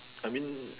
I mean